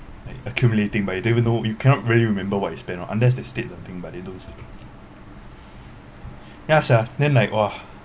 accumulating but you don't even know you cannot really remember what you spend on unless they state the thing but they don't ya sia then like !wah!